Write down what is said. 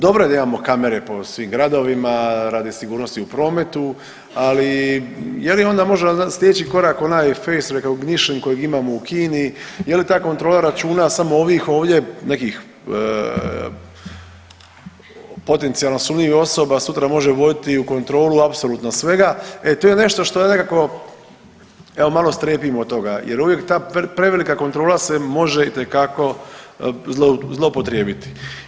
Dobro je da imamo kamere po svim gradovima radi sigurnosti u prometu, ali jedino onda možda slijedeći korak onaj fries recognition kojeg imamo u Kini, je li ta kontrola računa samo ovih ovdje nekih potencijalno sumnjivih osoba sutra može voditi i u kontrolu apsolutno svega, e to je nešto što je nekako evo malo strepim od toga jer uvijek ta prevelika kontrola se može itekako zloupotrijebiti.